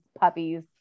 puppies